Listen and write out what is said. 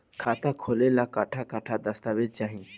खाता खोले ला कट्ठा कट्ठा दस्तावेज चाहीं?